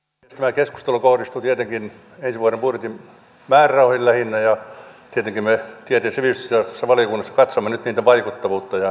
tämä keskustelu kohdistuu tietenkin ensi vuoden budjetin määrärahoihin lähinnä ja tietenkin me sivistysvaliokunnassa katsomme nyt niiden vaikuttavuutta ja niin edelleen